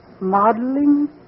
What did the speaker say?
Modeling